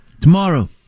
Tomorrow